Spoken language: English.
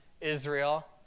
Israel